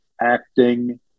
acting